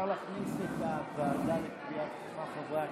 חברי הכנסת,